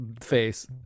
face